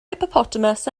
hippopotamus